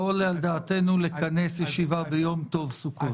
לא עולה על דעתנו לכנס ישיבה ביום טוב סוכות.